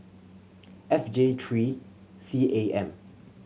F J three C A M